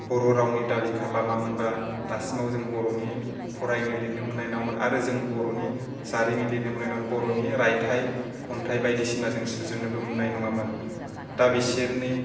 बर' रावनि दाबि खालामामोनबा दासिमाव जों बर'नि फरायनो लिरनो मोनाय नङामोन आरो जों बर'नि जारिमिन लिरनो मोननाय नङामोन बर'नि रायथाइ खन्थाइ बादिसिना जों सुजुनोबो मोननाय नङामोन दा बिसोरनि